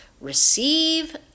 receive